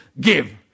give